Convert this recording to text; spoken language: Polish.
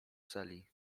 celi